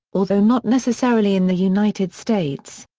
although not necessarily in the united states.